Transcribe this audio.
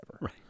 right